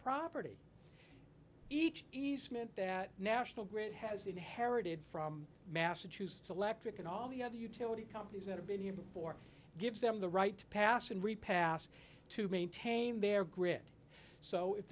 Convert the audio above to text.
property each eastman that national grid has inherited from massachusetts electric and all the other utility companies that have been here before gives them the right to pass and repass to maintain their grid so if